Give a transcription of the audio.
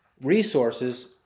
resources